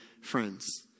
friends